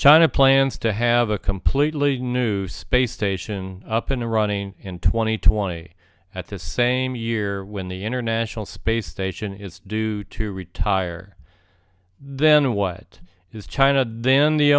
china plans to have a completely new space station up in iranian in twenty twenty at the same year when the international space station is due to retire then what is china then the